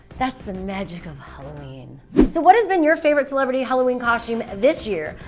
that's the magic of halloween! so what has been your favorite celebrity halloween costume this year?